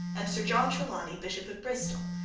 and sir john trelawney, bishop of bristol,